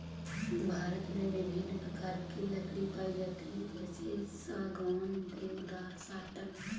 भारत में विभिन्न प्रकार की लकड़ी पाई जाती है जैसे सागौन, देवदार, साटन